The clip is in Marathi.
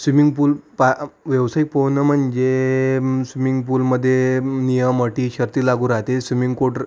स्विमिंग पूल पा व्यावसयिक पोहणं म्हणजे स्विमिंग पूलमध्ये नियम अटी शर्ती लागू राहते स्विमिंग कोड्र